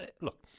Look